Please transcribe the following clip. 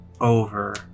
over